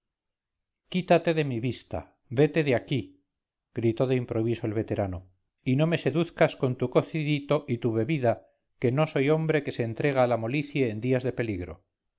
quítate de mi vista vete de aquí gritó de improviso el veterano y no me seduzcas con tu cocidito y tu bebida que no soy hombre que se entrega a la molicie en días de peligro